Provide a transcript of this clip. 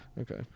Okay